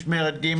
משמרת ג',